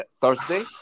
thursday